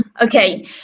Okay